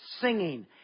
singing